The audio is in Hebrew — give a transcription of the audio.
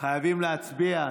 חייבים להצביע.